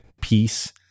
peace